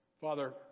Father